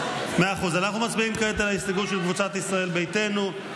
כעת על ההסתייגות של קבוצת ישראל ביתנו.